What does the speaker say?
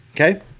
Okay